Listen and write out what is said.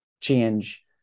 change